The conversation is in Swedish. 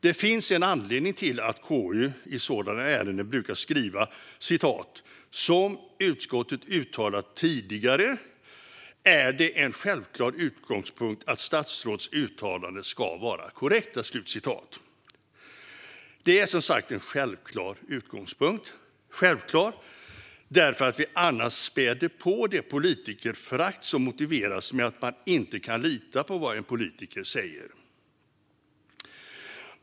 Det finns en anledning till att KU i sådana ärenden brukar skriva att som utskottet tidigare uttalat är det en självklar utgångspunkt att statsråds uttalanden ska vara korrekta. Det är, som sagt, en "självklar utgångspunkt"; "självklar" därför att vi annars späder på det politikerförakt som motiveras med att man inte kan lita på vad en politiker säger.